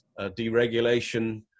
deregulation